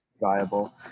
viable